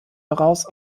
daraus